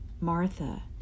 Martha